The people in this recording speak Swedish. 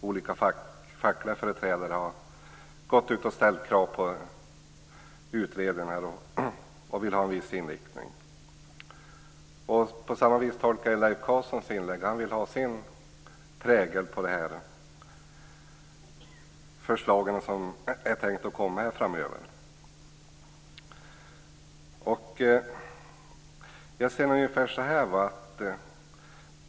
Olika fackliga företrädare har ställt krav på en viss inriktning av förslagen. På samma sätt tolkar jag Leif Carlsons inlägg. Han vill ha sin prägel på de förslag som är tänkta att komma nu framöver.